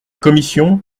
commission